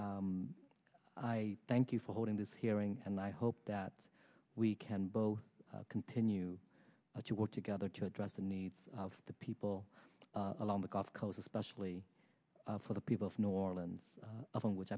jobs i thank you for holding this hearing and i hope that we can both continue to work together to address the needs of the people along the gulf coast especially for the people of new orleans in which